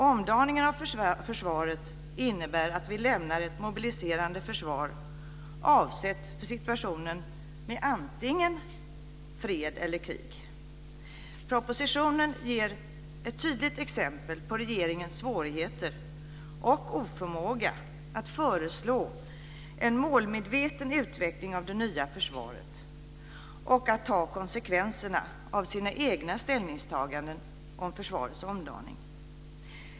Omdaningen av försvaret innebär att vi lämnar ett mobiliserande försvar avsett för antingen fred eller krig. Propositionen ger ett tydligt exempel på regeringens svårigheter och oförmåga att föreslå en målmedveten utveckling av det nya försvaret och att ta konsekvenserna av sina egna ställningstaganden när det gäller försvarets omdaning.